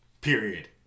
Period